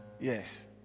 Yes